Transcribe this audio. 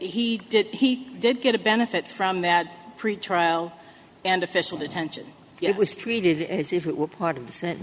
he did he did get a benefit from that pretrial and official detention it was treated as if it were part of the